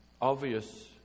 obvious